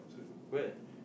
where